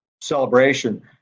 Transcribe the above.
celebration